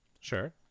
Sure